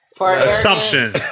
Assumption